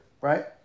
right